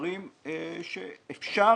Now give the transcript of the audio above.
דברים שאפשר